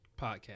podcast